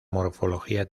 morfología